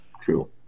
True